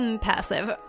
Passive